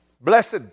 Blessed